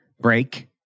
break